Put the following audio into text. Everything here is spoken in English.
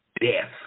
death